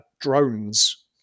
drones